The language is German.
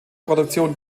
produktion